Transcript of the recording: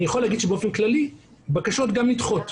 אני יכול להגיד שבאופן כללי בקשות גם נדחות,